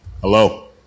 Hello